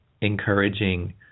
encouraging